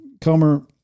Comer